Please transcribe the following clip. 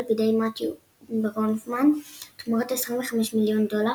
בידי מתיו ברונפמן תמורת 25 מיליון דולר,